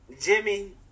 Jimmy